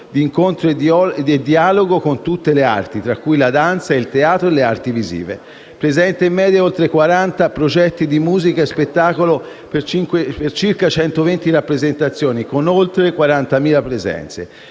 di incontro e dialogo con tutte le arti tra cui la danza, il teatro e le arti visive. Presenta in media oltre 40 progetti di musica e spettacolo, per circa 120 rappresentazioni, con oltre 40.000 presenze.